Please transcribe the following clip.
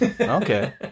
Okay